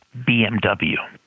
BMW